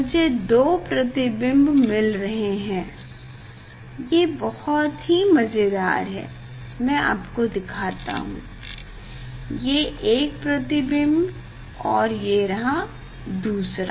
मुझे 2 प्रतिबिंब मिल रहे हैं ये बहुत ही मजेदार है मैं आपको दिखाता हूँ ये एक प्रतिबिंब और ये रहा दूसरा